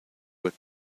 were